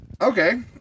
Okay